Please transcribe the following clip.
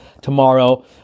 tomorrow